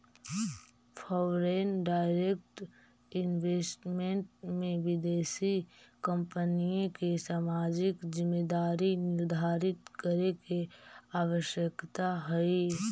foreign direct investment में विदेशी कंपनिय के सामाजिक जिम्मेदारी निर्धारित करे के आवश्यकता हई